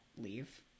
leave